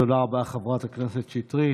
תודה רבה, חברת הכנסת שטרית.